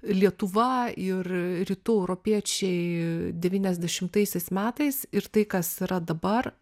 lietuva ir rytų europiečiai devyniasdešimtaisiais metais ir tai kas yra dabar